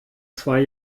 zwei